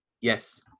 Yes